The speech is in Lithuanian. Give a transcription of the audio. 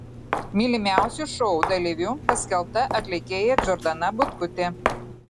mylimiausiu šou dalyviu paskelbta atlikėja džordana butkutė